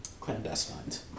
clandestines